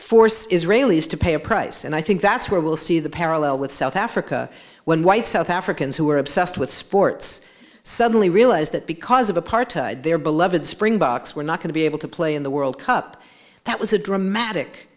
force israelis to pay a price and i think that's where we'll see the parallel with south africa when white south africans who are obsessed with sports suddenly realize that because of apartheid their beloved springboks were not going to be able to play in the world cup that was a dramatic